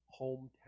hometown